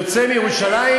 יוצא מירושלים,